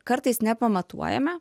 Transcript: kartais nepamatuojame